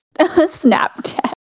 Snapchat